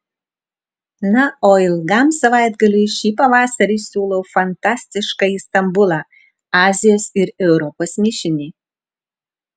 na o ilgam savaitgaliui šį pavasarį siūlau fantastiškąjį stambulą azijos ir europos mišinį